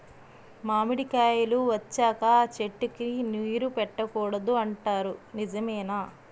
మామిడికాయలు వచ్చాక అ చెట్టుకి నీరు పెట్టకూడదు అంటారు నిజమేనా?